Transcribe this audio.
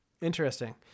Interesting